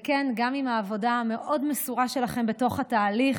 וכן, גם על העבודה המאוד-מסורה שלכם בתוך התהליך.